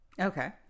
Okay